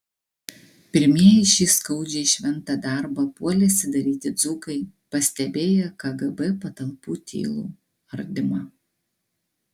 pirmieji šį skaudžiai šventą darbą puolėsi daryti dzūkai pastebėję kgb patalpų tylų ardymą